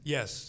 Yes